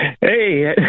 Hey